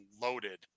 loaded